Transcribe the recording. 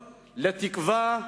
לתקווה,